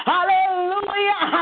Hallelujah